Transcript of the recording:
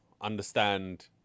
understand